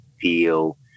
feel